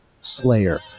Slayer